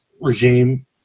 regime